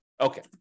Okay